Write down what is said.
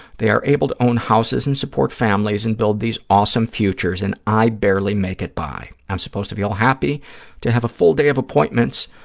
they are able to own houses and support families and build these awesome futures and i barely make it by. i'm supposed to be all happy to have a full day of appointments